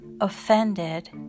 offended